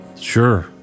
Sure